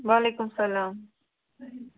وعلیکُم سلام